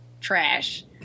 trash